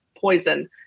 poison